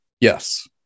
Yes